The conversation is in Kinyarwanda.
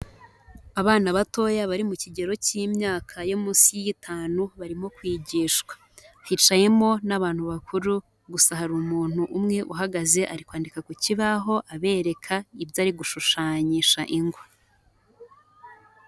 Abana batoya bari mu kigero cy'imyaka yo munsi y'itanu, barimo kwigishwa. Hicayemo n'abantu bakuru, gusa hari umuntu umwe uhagaze ari kwandika ku kibaho, abereka ibyo ari gushushanyisha ingwa.